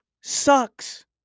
sucks